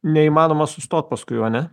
neįmanoma sustot paskui jau ane